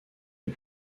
les